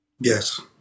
yes